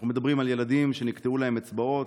אנחנו מדברים על ילדים שנקטעו להם אצבעות,